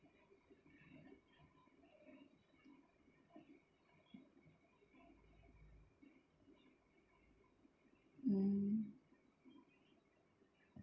mm